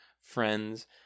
friends